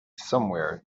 somewhere